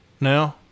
now